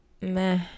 Meh